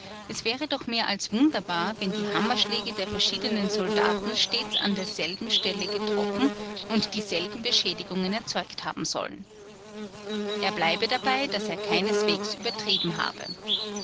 es wäre doch mehr als wunderbar wenn die hammerschläge der verschiedenen soldaten stets an derselben stelle getroffen und dieselben beschädigungen erzeugt haben sollten er bleibe dabei daß er keineswegs übertrieben habe